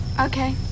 Okay